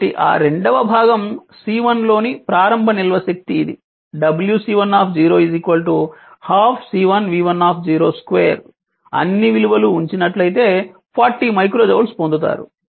కాబట్టి ఆ రెండవ భాగం C1 లోని ప్రారంభ నిల్వ శక్తి ఇది wC1 12 C1 v1 2 అన్ని విలువలు ఉంచినట్లయితే 40 మైక్రో జౌల్స్ పొందుతారు